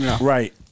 Right